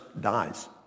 dies